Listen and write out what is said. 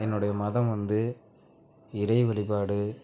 என்னுடைய மதம் வந்து இறை வழிபாடு